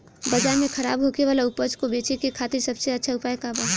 बाजार में खराब होखे वाला उपज को बेचे के खातिर सबसे अच्छा उपाय का बा?